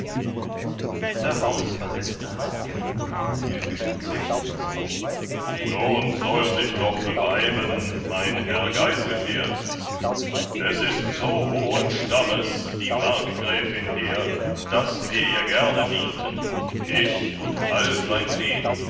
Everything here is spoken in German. darauf versetzte hagen in höfischen züchten so nun soll sich doch beweiben mein herr geiselher es ist so hohen stammes die markgräfin hehr daß wir ihr gerne dienten ich und all sein lehn